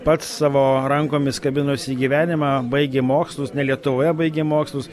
pats savo rankomis kabinosi į gyvenimą baigė mokslus ne lietuvoje baigė mokslus